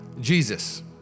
Jesus